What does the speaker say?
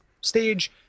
stage